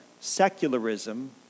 secularism